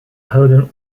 houden